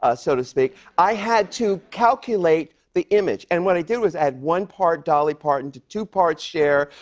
ah so to speak, i had to calculate the image. and what i did was add one part dolly parton to two parts cher,